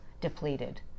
depleted